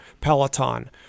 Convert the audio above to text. Peloton